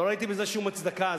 לא ראיתי בזה שום הצדקה,